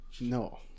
No